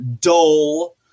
dull